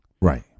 Right